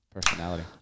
personality